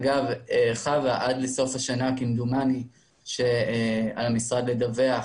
אגב, חוה, עד לסוף השנה כמדומני המשרד ידווח